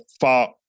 far